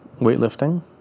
Weightlifting